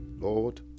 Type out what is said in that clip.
Lord